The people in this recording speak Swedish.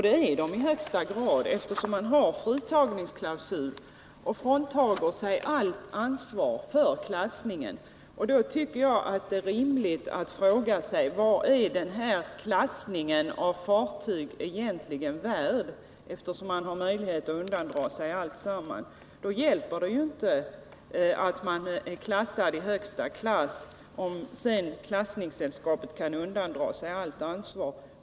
Det är de i högsta grad eftersom man har en fritagningsklausul som gör att vederbörande undgår allt ansvar för klassningen. Jag tycker att det är rimligt att fråga sig vad klassningen av fartyg egentligen är värd. Det är ju ingen mening med att ett fartyg klassas i högsta klass, om klassningssällskapen kan undandra sig allt ansvar.